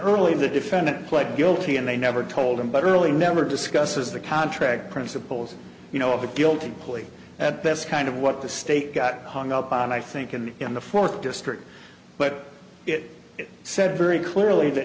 early the defendant pled guilty and they never told him but really never discusses the contract principles you know of a guilty plea at best kind of what the state got hung up on i think in the in the fourth district but it said very clearly that